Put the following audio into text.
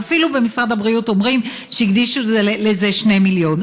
אפילו במשרד הבריאות אומרים שהקדישו לזה 2 מיליון,